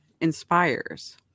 inspires